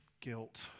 guilt